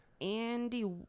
Andy